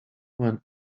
when